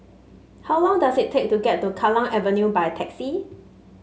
how long does it take to get to Kallang Avenue by taxi